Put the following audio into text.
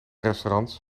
restaurants